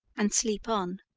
and sleep on.